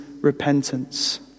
repentance